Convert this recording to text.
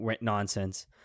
nonsense